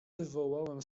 wywołałem